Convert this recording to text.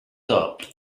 top